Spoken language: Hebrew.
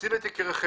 תצילו את יקירכם.